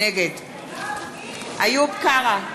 נגד איוב קרא,